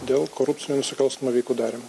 dėl korupcinių nusikalstamų veikų darymo